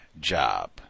job